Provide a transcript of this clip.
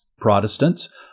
Protestants